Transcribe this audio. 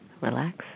relax